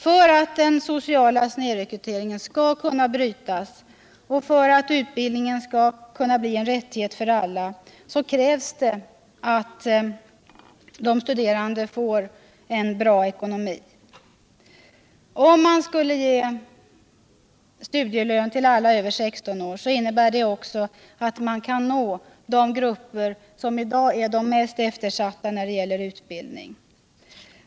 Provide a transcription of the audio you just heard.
För att den sociala snedrekryteringen skall kunna brytas och utbildningen bli en rättighet för alla krävs det att de studerande får en god ekonomi. Om man ger studielön till alla över 16 år innebär det också att man kan nå de grupper som i dag är mest eftersatta när det gäller utbildning.